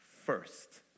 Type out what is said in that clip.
first